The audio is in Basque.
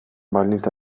baldintza